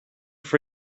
for